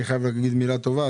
אני חייב להגיד מילה טובה,